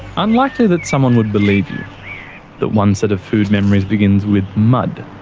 unlikely that someone would believe you, that one set of food memories begins with mud.